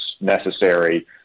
necessary